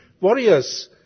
warriors